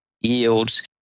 yields